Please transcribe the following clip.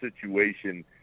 situation